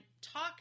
talk